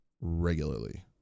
regularly